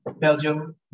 Belgium